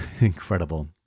incredible